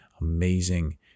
amazing